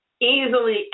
easily